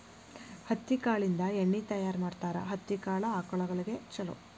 ಹತ್ತಿ ಕಾಳಿಂದ ಎಣ್ಣಿ ತಯಾರ ಮಾಡ್ತಾರ ಹತ್ತಿ ಕಾಳ ಆಕಳಗೊಳಿಗೆ ಚುಲೊ